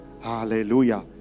hallelujah